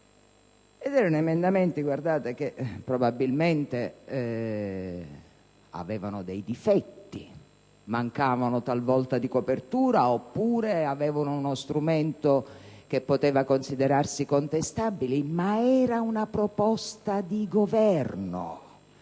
Erano emendamenti che probabilmente avevano dei difetti, mancavano talvolta di copertura oppure presentavano uno strumento che poteva considerarsi contestabile, ma erano una proposta di governo,